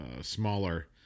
smaller